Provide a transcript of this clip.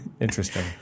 interesting